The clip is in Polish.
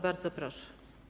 Bardzo proszę.